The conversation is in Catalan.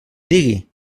digui